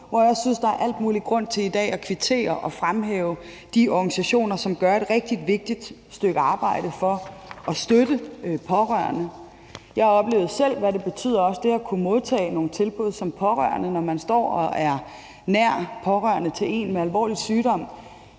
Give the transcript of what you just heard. hvor jeg synes, at der er al mulig grund til i dag at fremhæve de organisationer og kvittere for det rigtig vigtige stykke arbejde, de gør for at støtte pårørende. Jeg oplevede selv, hvad det betyder at kunne modtage nogle tilbud, når man er nær pårørende til en med alvorlig sygdom